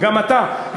גם אתה,